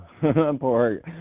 poor